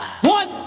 One